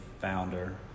founder